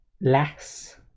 less